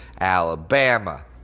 Alabama